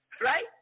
right